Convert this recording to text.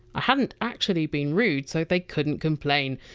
i hadn't actually been rude, so they couldn't complain,